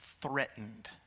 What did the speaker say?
threatened